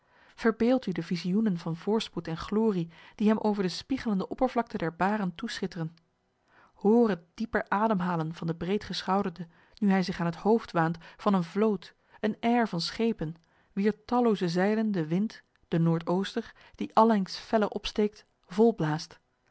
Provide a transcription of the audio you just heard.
u de visioenen van voorspoed en glorie die hem over de spiegelende oppervlakte der baren toeschitteren hoor het dieper ademhalen van den breedgeschouderde nu hij zich aan het hoofd waant van eene vloot een heir van schepen wier tallooze zeilen de wind de noordooster die allengs feller opsteekt volblaast